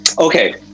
Okay